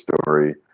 story